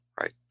right